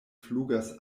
flugas